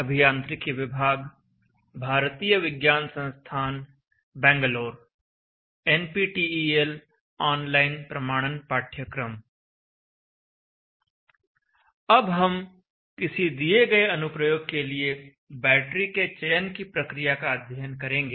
अब हम किसी दिए गए अनुप्रयोग के लिए बैटरी के चयन की प्रक्रिया का अध्ययन करेंगे